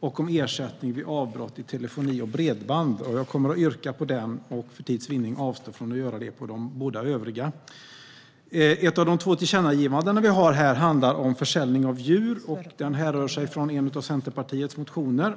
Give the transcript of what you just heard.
och om ersättning vid avbrott i telefoni och bredband. Jag kommer att yrka bifall till den sistnämnda och för tids vinnande avstå från att yrka bifall till de båda övriga. Ett av de två tillkännagivanden vi har handlar om försäljning av djur och härrör från en av Centerpartiets motioner.